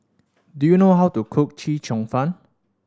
do you know how to cook Chee Cheong Fun